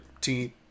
team